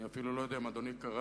אני אפילו לא יודע אם אדוני קרא,